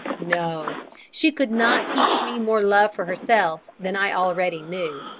no she could not teach me more love for herself than i already knew.